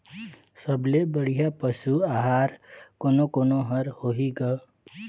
सबले बढ़िया पशु आहार कोने कोने हर होही ग?